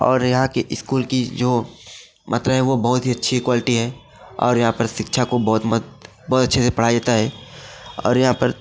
और यहाँ की इस्कूल की जो मात्राएँ है वह बहुत ही अच्छी क्वालिटी है और यहाँ पर शिक्षा को बहुत मत बहुत अच्छे से पढ़ाया जाता है और यहाँ पर